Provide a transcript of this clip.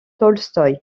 tolstoï